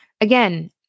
again